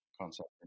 concept